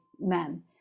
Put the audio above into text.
men